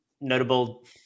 notable